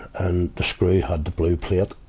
and the screw had the blue plate,